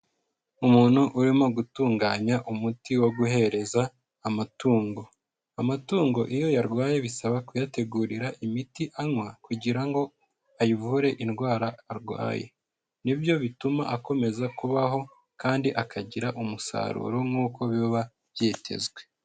Umuntu urimo gutunganya umuti wo guhereza amatungo. Amatungo iyo yarwaye bisaba kuyategurira imiti anywa kugira ngo ayivure indwara arwaye, ni byo bituma akomeza kubaho kandi akagira umusaruro nkuko biba byitezwe